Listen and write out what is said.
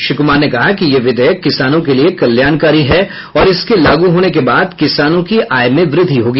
श्री कुमार ने कहा कि यह विधेयक किसानों के लिए कल्याणकारी है और इसके लागू होने के बाद किसानों की आय में वृद्धि होगी